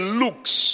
looks